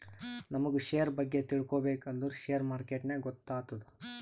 ನಮುಗ್ ಶೇರ್ ಬಗ್ಗೆ ತಿಳ್ಕೋಬೇಕ್ ಅಂದುರ್ ಶೇರ್ ಮಾರ್ಕೆಟ್ನಾಗೆ ಗೊತ್ತಾತ್ತುದ